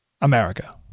America